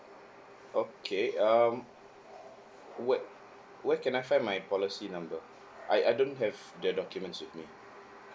okay um what where can I find my policy number I I don't have the documents with me